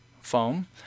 foam